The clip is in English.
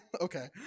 okay